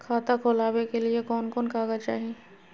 खाता खोलाबे के लिए कौन कौन कागज चाही?